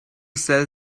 sell